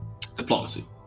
Diplomacy